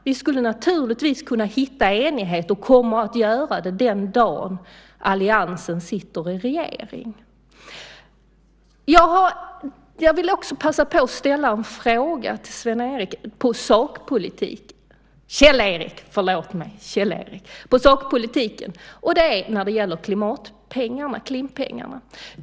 Vi skulle naturligtvis kunna hitta enighet och kommer att göra det den dag alliansen sitter i regering. Jag vill också passa på att ställa en fråga till Kjell-Erik om sakpolitiken. Det gäller klimatpengarna, Klimppengarna.